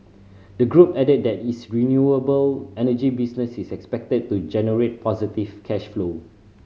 the group added that its renewable energy business is expected to generate positive cash flow